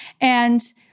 And-